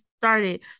started